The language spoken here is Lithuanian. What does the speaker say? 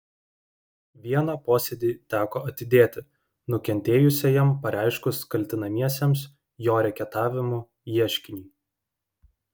vieną posėdį teko atidėti nukentėjusiajam pareiškus kaltinamiesiems jo reketavimu ieškinį